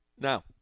Now